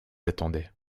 attendait